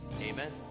Amen